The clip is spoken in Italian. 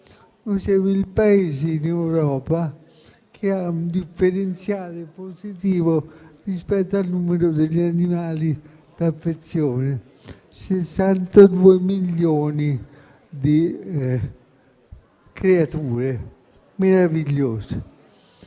Siamo il Paese di Europa che ha un differenziale positivo rispetto al numero degli animali d'affezione: 62 milioni di creature meravigliose